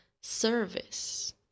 service